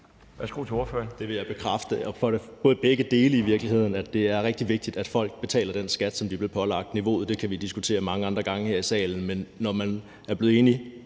Værsgo til ordføreren.